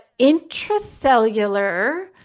intracellular